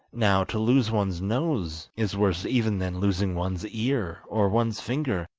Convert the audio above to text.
now, to lose one's nose, is worse even than losing one's ear or one's finger,